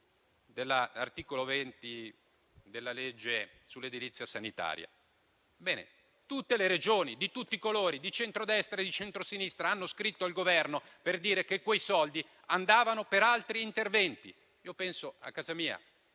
all'articolo 20 della legge sull'edilizia sanitaria. Tutte le Regioni di tutti i colori, di centrodestra e di centrosinistra, hanno scritto al Governo per dire che quei soldi andavano per altri interventi. Io penso a casa mia,